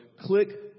Click